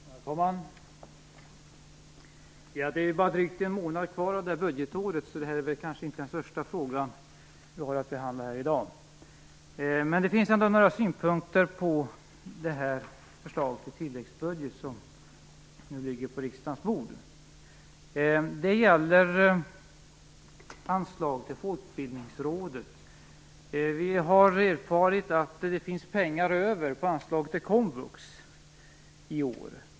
Herr talman! Det är bara drygt en månad kvar av budgetåret, så detta kanske inte är den största frågan vi har att behandla här i dag. Men det finns ändå några synpunkter på förslaget till tilläggsbudget som nu ligger på riksdagens bord. De gäller anslaget till Folkbildningsrådet. Vi har erfarit att det finns pengar över på anslaget till komvux i år.